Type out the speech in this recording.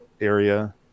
area